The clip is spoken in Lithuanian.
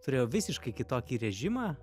turėjau visiškai kitokį režimą